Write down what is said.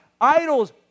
idols